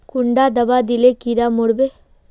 कुंडा दाबा दिले कीड़ा मोर बे?